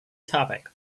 topic